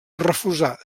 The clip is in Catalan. refusà